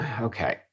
Okay